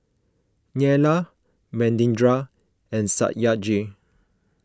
Neila Manindra and Satyajit